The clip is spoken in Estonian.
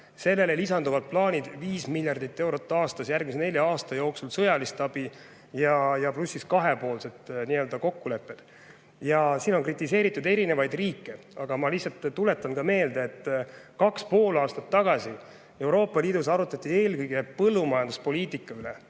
Sellele lisanduvad plaanid: 5 miljardit eurot aastas järgmise nelja aasta jooksul sõjalist abi, pluss kahepoolsed kokkulepped. Siin on kritiseeritud eri riike, aga ma lihtsalt tuletan meelde, et 2,5 aastat tagasi Euroopa Liidus arutati eelkõige ühise põllumajanduspoliitika üle,